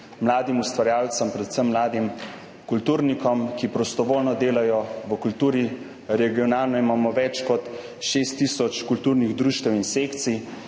mladim ustvarjalcem, predvsem mladim kulturnikom, ki prostovoljno delajo v kulturi. Regionalno imamo več kot 6 tisoč kulturnih društev in sekcij